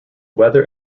weather